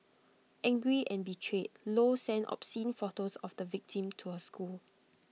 angry and betrayed low sent obscene photos of the victim to her school